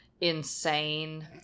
insane